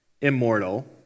immortal